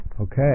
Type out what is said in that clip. Okay